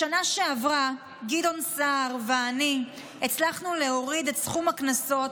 בשנה שעברה גדעון סער ואני הצלחנו להוריד את סכום הקנסות,